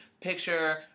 picture